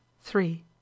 three